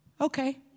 Okay